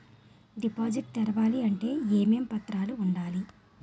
Deposit తెరవాలి అంటే ఏమేం పత్రాలు ఉండాలి?